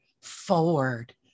forward